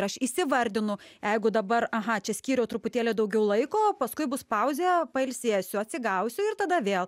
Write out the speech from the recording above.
ir aš įsivardinu jeigu dabar aha čia skyriau truputėlį daugiau laiko paskui bus pauzė pailsėsiu atsigausiu ir tada vėl